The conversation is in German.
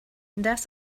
das